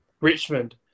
Richmond